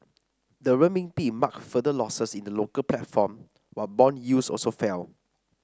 the Renminbi marked further losses in the local platform while bond yields also fell